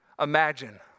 imagine